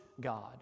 God